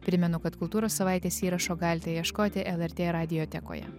primenu kad kultūros savaitės įrašo galite ieškoti lrt radijotekoje